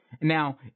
Now